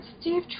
Steve